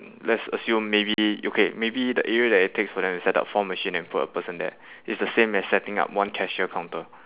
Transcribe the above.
let's assume maybe okay maybe the area that it takes for them to set up four machine and put a person there is the same as setting up one cashier counter